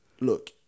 look